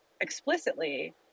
explicitly